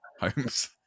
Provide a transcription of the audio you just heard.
homes